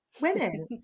women